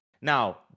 Now